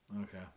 okay